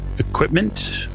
equipment